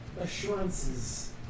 assurances